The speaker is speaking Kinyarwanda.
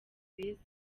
beza